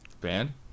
ban